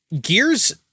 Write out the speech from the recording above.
Gears